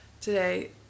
today